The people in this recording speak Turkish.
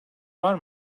var